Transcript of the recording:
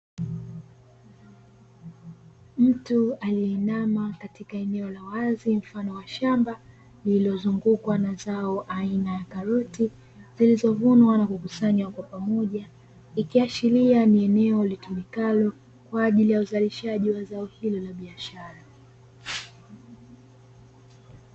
Mtu aliyeinama katika eneo la wazi mfano wa shamba lililozungukwa na zao aina ya karoti zilizovunwa na kukusanywa kwa pamoja, ikiashiria ni eneo litumikalo kwa ajili ya uzalishaji wa zao hilo na biashara.